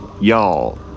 y'all